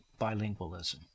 bilingualism